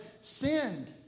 sinned